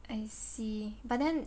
I see but then